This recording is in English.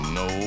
no